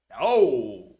no